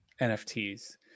NFTs